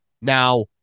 Now